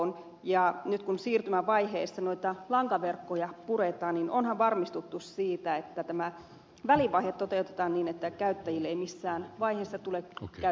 onhan nyt kun siirtymävaiheessa lankaverkkoja puretaan varmistuttu siitä että tämä välivaihe toteutetaan niin että käyttäjille ei missään vaiheessa tule käyttökatkosta